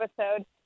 episode